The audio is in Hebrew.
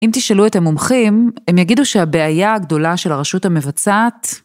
אם תשאלו את המומחים, הם יגידו שהבעיה הגדולה של הרשות המבצעת